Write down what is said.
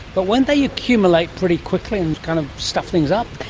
but won't they accumulate pretty quickly and kind of stuff things up?